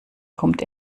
kommt